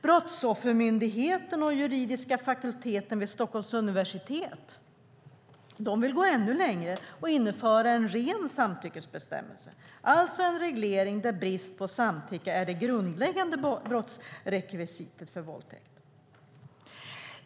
Brottsoffermyndigheten och juridiska fakulteten vid Stockholms universitet vill gå ännu längre och införa en ren samtyckesbestämmelse, alltså en reglering där brist på samtycke är det grundläggande brottsrekvisitet för våldtäkt.